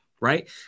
right